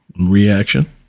reaction